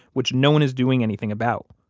which no one is doing anything about.